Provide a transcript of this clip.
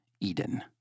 Eden